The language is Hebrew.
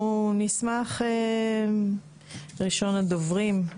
ראשון הדוברים,